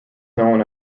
known